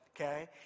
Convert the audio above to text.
okay